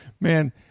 man